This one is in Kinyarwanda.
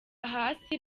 hasi